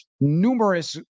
numerous